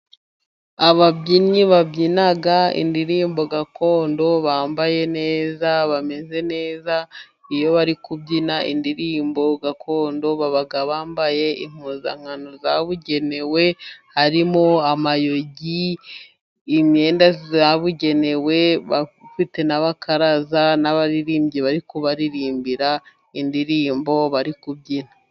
Ababyinnyi babyina indirimbo gakondo， bambaye neza，bameze neza. Iyo bari kubyina indirimbo gakondo， baba bambaye impuzankano yabugenewe，harimo amayugi， imyenda yabugenewe，bafite n’abakaraza， n'abaririmbyi bari kubarimbira， indirimbo bari kubyina.